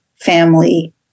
family